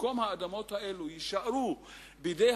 שבמקום שהאדמות האלה יישארו בידי